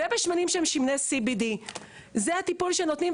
ובשמנים שהם שמני CBD. זהו הטיפול שנותנים,